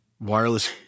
wireless